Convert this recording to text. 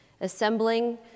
assembling